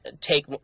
take